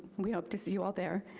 we hope to see you all there,